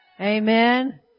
Amen